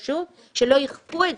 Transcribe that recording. אחוז מסוים שיימנעו,